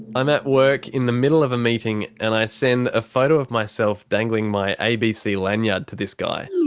i'm at work in the middle of a meeting and i send a photo of myself dangling my abc lanyard to this guy.